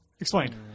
Explain